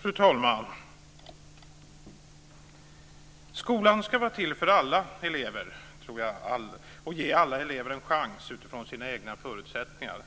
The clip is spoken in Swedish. Fru talman! Skolan ska vara till för alla elever, och ge alla elever en chans utifrån deras egna förutsättningar.